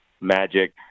magic